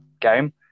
game